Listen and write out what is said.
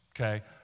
okay